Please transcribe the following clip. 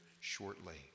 shortly